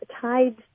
tied